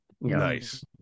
Nice